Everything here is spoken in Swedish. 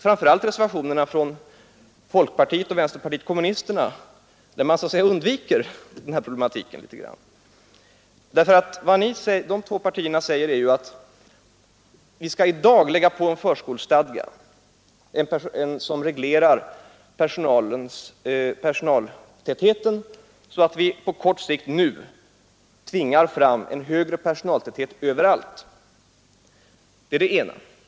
Framför allt i reservationerna från folkpartiet och vänsterpartiet kommunisterna undviker man i viss mån den här problematiken. Vad de två partierna säger är ju att vi i dag skall besluta en förskolestadga som på kort sikt tvingar fram en större personaltäthet överallt.